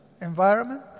environment